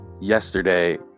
yesterday